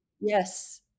Yes